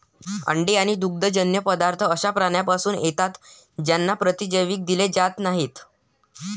अंडी आणि दुग्धजन्य पदार्थ अशा प्राण्यांपासून येतात ज्यांना प्रतिजैविक दिले जात नाहीत